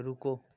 रुको